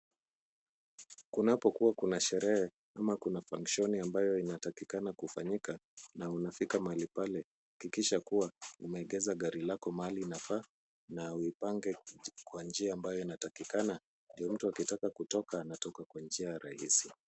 Kunapokuwa kuna sherehe ama kuna fankshoni ambayo inatakikana kufanyika na unafika mahali pale. Hakikisha kuwa umeegeza gari lako mahali inafaa na uipange kwa njia ambayo inatakikana ndio mtu akitaka kutoka anatoka kwa njia rahisi.